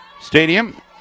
Stadium